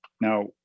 Now